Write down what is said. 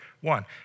one